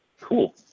Cool